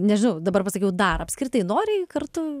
nežinau dabar pasakiau dar apskritai noriai kartu